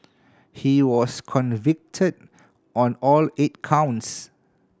he was convicted on all eight counts